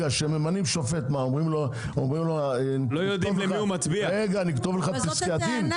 כשממנים שופט, אומרים לו שיכתבו לו את פסקי הדין?